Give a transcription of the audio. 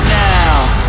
now